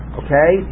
okay